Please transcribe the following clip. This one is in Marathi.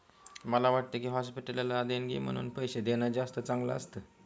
मला वाटतं की, हॉस्पिटलला देणगी म्हणून पैसे देणं जास्त चांगलं असतं